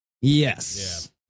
yes